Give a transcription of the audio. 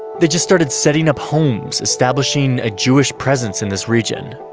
they just starting setting up homes, establishing a jewish presence in this region.